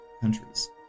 countries